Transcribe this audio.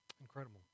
Incredible